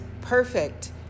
perfect